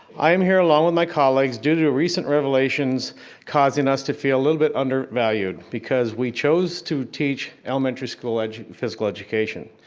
i am here along with my colleagues due to recent revelations causing us to feel a little bit undervalued, because we chose to teach elementary school ah physical education.